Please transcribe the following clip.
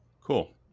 Cool